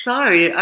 Sorry